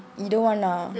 either one lah